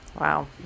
Wow